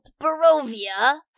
Barovia